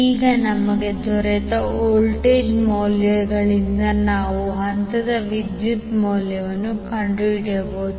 ಈಗ ನಮಗೆ ದೊರೆತ ವೋಲ್ಟೇಜ್ ಮೌಲ್ಯಗಳಿಂದ ನಾವು ಹಂತದ ವಿದ್ಯುತ್ ಮೌಲ್ಯವನ್ನು ಕಂಡುಹಿಡಿಯಬಹುದು